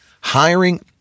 hiring